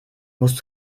musst